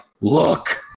look